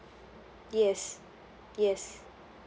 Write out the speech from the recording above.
yes yes